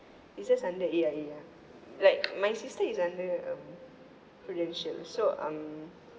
it's just under A_I_A ah like my sister is under um Prudential so um